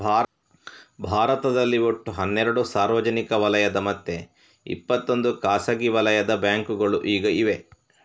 ಭಾರತದಲ್ಲಿ ಒಟ್ಟು ಹನ್ನೆರಡು ಸಾರ್ವಜನಿಕ ವಲಯದ ಮತ್ತೆ ಇಪ್ಪತ್ತೊಂದು ಖಾಸಗಿ ವಲಯದ ಬ್ಯಾಂಕುಗಳು ಈಗ ಇವೆ